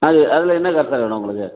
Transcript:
அது அதில் என்ன கார் சார் வேணும் உங்களுக்கு